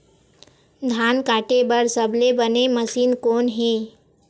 धान काटे बार सबले बने मशीन कोन हे?